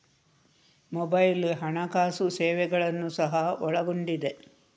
mobile ಹಣಕಾಸು ಸೇವೆಗಳನ್ನು ಸಹ ಒಳಗೊಂಡಿದೆ